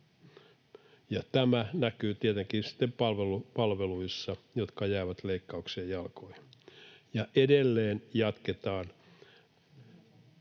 tämä näkyy tietenkin sitten palveluissa, jotka jäävät leikkauksien jalkoihin. Ja edelleen jatketaan